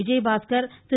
Vijayabaskar Thiru